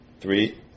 Three